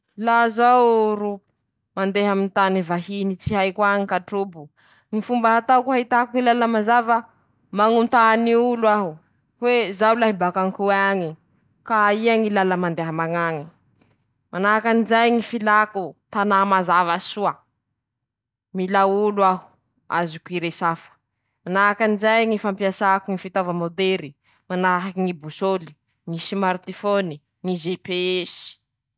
Laha zaho ro mpamboatsy sambon-dañitsy ka tavela raikyaminy ñy zana-bola voatsiny ñ'olombelo ;ñy raha ataoko handinihako ñy fotoako, mijabo aho ro minon-drano, mikaroky aho mombany ñy tontolo misy ahy eñy, aminy ñy fianara ataoko ;manahaky anizay ñy fandaharako ñ'asako ampilamina soa, ñy fampivoarako ñy fahaizako aminy ñy tontolo ijanoñako eñy.